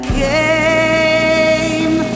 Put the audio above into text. came